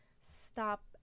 stop